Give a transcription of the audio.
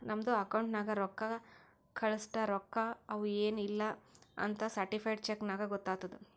ನಮ್ದು ಅಕೌಂಟ್ ನಾಗ್ ರೊಕ್ಕಾ ಕಳ್ಸಸ್ಟ ರೊಕ್ಕಾ ಅವಾ ಎನ್ ಇಲ್ಲಾ ಅಂತ್ ಸರ್ಟಿಫೈಡ್ ಚೆಕ್ ನಾಗ್ ಗೊತ್ತಾತುದ್